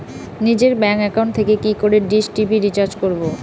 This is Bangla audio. নিজের ব্যাংক একাউন্ট থেকে কি করে ডিশ টি.ভি রিচার্জ করবো?